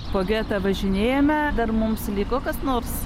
po getą važinėjame dar mums liko kas nors